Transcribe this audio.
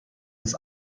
des